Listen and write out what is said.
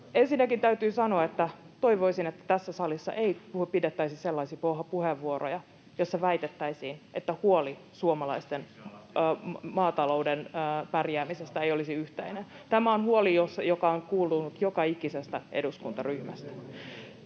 Ensinnäkin täytyy sanoa, että toivoisin, että tässä salissa ei pidettäisi sellaisia puheenvuoroja, joissa väitetään, että huoli suomalaisen maatalouden pärjäämisestä ei olisi yhteinen. [Perussuomalaisten ryhmästä: